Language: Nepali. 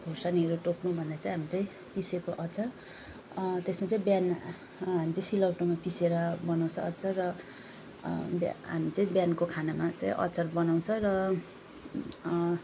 खोर्सानीहरू टोक्नु भने चाहिँ हामी चाहिँ पिसेको अचार त्यसमा चैँ बिहान त्यो सिलौटोमा पिसेर बनाउँछ अचार र ब्या हामी चाहिँ बिहानको खानामा चाहिँ अचार बनाउँछ र